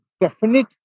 definite